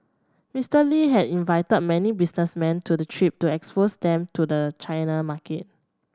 Mister Lee had invited many businessmen to the trip to expose them to the China market